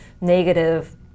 negative